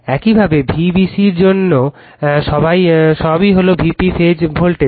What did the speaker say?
একইভাবে Vbc এর জন্য রেফার টাইম 1601 সবই হল Vp ফেজ ভোল্টেজ